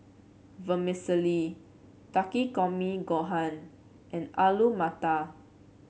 Vermicelli Takikomi Gohan and Alu Matar